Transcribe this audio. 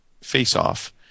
face-off